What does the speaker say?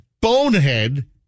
bonehead